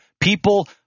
People